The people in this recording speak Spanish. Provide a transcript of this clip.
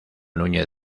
núñez